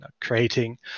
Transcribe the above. creating